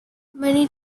many